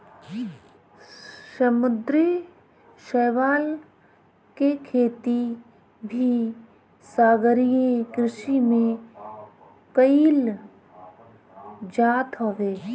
समुंदरी शैवाल के खेती भी सागरीय कृषि में कईल जात हवे